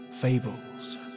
fables